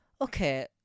Okay